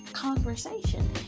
conversation